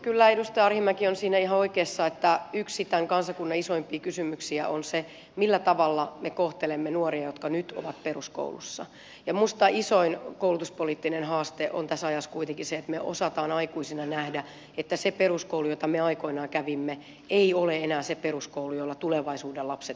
kyllä edustaja arhinmäki on siinä ihan oikeassa että yksi tämän kansakunnan isoimpia kysymyksiä on se millä tavalla me kohtelemme nuoria jotka nyt ovat peruskoulussa ja minusta isoin koulutuspoliittinen haaste on tässä ajassa kuitenkin se että me osaamme aikuisina nähdä että se peruskoulu jota me aikoinaan kävimme ei ole enää se peruskoulu jolla tulevaisuuden lapset menestyvät